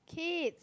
kids